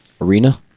arena